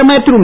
பிரதமர் திரு